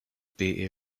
bay